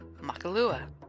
Makalua